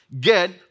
get